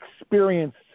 experienced